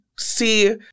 See